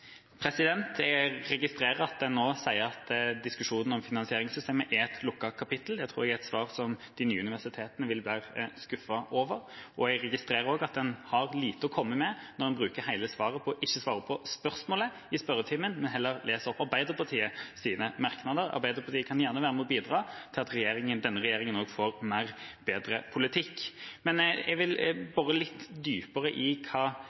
Jeg registrerer at en nå sier at diskusjonen om finansieringssystemet er et lukket kapittel. Det tror jeg er et svar som de nye universitetene vil være skuffet over. Jeg registrerer også at en har lite å komme med når en bruker hele svaret på ikke å svare på spørsmålet i spørretimen, men heller leser opp Arbeiderpartiets merknader. Arbeiderpartiet kan gjerne være med og bidra til at denne regjeringa får en bedre politikk. Jeg vil bore litt dypere i hva